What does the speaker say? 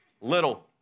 Little